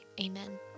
Amen